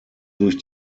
durch